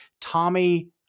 Tommy